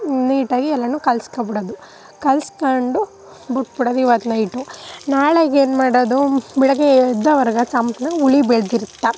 ನೀಟಾಗಿ ಎಲ್ಲನೂ ಕಲಸ್ಕೊಂಡ್ಬಿಡೋದು ಕಲಸ್ಕೊಂಡು ಬಿಟ್ಬಿಡೋದು ಇವತ್ತು ನೈಟು ನಾಳೆಗೆ ಏನು ಮಾಡೋದು ಬೆಳಗ್ಗೆ ಎದ್ದವರೆಗೆ ಸಂಪಣ ಉಳಿ ಬೆಳೆದಿರುತ್ತ